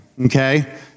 okay